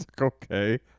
okay